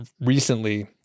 recently